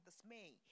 dismay